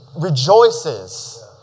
rejoices